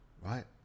right